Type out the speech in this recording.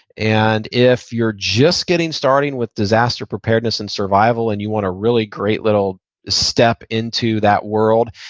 and if you're just getting started with disaster preparedness and survival and you want a really great little step into that world,